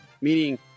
meaning